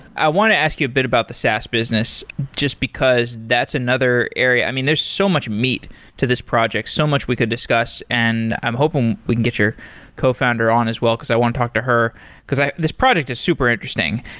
i want to ask you a bit about the saas business, just because that's another area. i mean, there's so much meat to this project, so much we could discuss and i'm hoping we can get your co-founder on as well, because i want to talk to her because this project is super interesting,